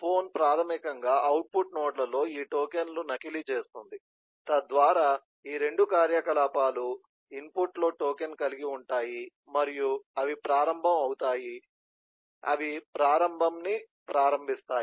phone ప్రాథమికంగా output నోడ్లలో ఈ టోకెన్ను నకిలీ చేస్తుంది తద్వారా ఈ రెండు కార్యకలాపాలు ఇన్పుట్లో టోకెన్ కలిగి ఉంటాయి మరియు అవి ప్రారంభం అపుతాయి అవి ప్రారంభంని ప్రారంభిస్తాయి